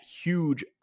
huge